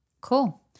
Cool